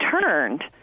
turned